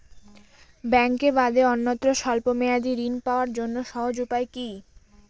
ব্যাঙ্কে বাদে অন্যত্র স্বল্প মেয়াদি ঋণ পাওয়ার জন্য সহজ উপায় কি?